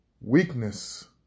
weakness